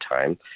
time